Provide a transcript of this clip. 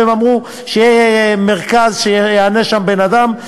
אמרו שיהיה מרכז שיענה שם בן-אדם,